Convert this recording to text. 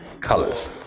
colors